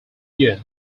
year